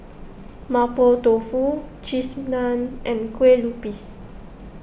Mapo Tofu Cheese Naan and Kue Lupis